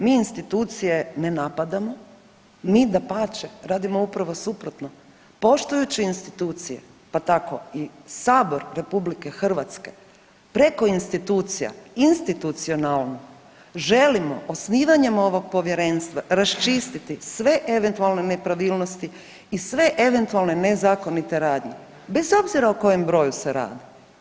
Mi institucije ne napadamo, mi dapače radimo upravo suprotno, poštujući institucije pa tako i sabor RH preko institucija institucionalno želimo osnivanjem ovog povjerenstva raščistiti sve eventualne nepravilnosti i sve eventualne nezakonite radnje bez obzira o kojem broju se radi.